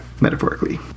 metaphorically